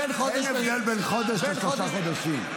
אין הבדל בין חודש לשלושה חודשים.